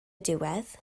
diwedd